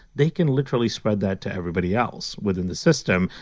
they can literally spread that to everybody else within the system.